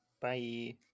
Bye